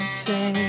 say